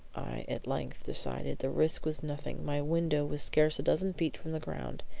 i at length decided the risk was nothing my window was scarce a dozen feet from the ground.